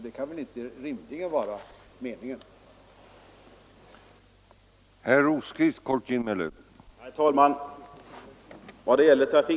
Det kan väl rimligen inte vara meningen?